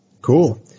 cool